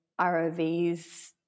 ROVs